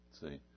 See